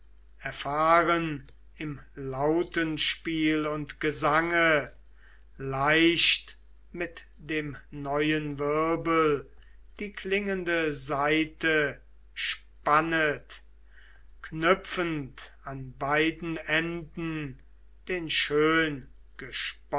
erfahren im lautenspiel und gesange leicht mit dem neuen wirbel die klingende saite spannet knüpfend an beiden enden den